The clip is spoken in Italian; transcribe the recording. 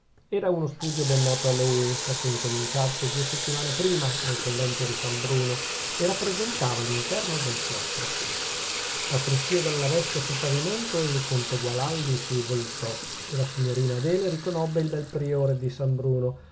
era uno studio ben noto a lui perchè incominciato due settimane prima nel convento di san bruno e rappresentava l'interno del chiostro al fruscìo della veste sul pavimento il conte gualandi si voltò e la signorina adele riconobbe il bel priore di san bruno